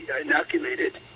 inoculated